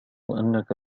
أنك